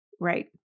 Right